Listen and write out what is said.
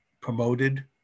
promoted